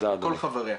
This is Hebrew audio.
כל חבריה.